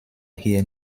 hier